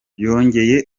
yongeye